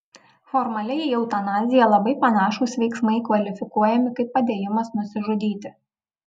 formaliai į eutanaziją labai panašūs veiksmai kvalifikuojami kaip padėjimas nusižudyti